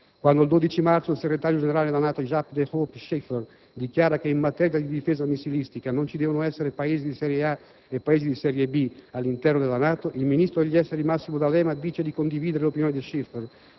Quando il 12 marzo il segretario generale della NATO Jaap de Hoop Scheffer dichiara che «in materia di difesa missilistica non ci devono essere Paesi di «serie A» e Paesi di «serie B» all'interno della NATO», il ministro degli esteri Massimo D'Alema dice di condividere l'opinione di Scheffer,